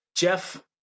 Jeff